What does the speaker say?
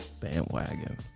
Bandwagon